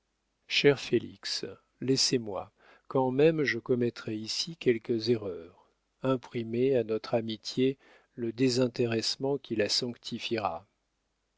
félix laissez-moi quand même je commettrais ici quelques erreurs imprimer à notre amitié le désintéressement qui la sanctifiera